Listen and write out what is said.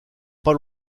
pas